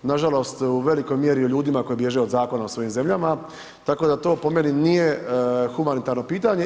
Nažalost u velikoj mjeri o ljudima koji bježe od zakona u svojim zemljama, tako da to po meni nije humanitarno pitanje.